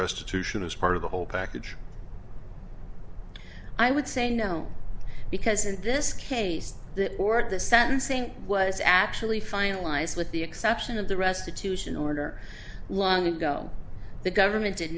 restitution is part of the whole package i would say no because in this case the court the sentencing was actually finalized with the exception of the restitution order long ago the government did